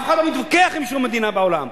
אף אחד לא מתווכח עם שום מדינה בעולם,